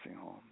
home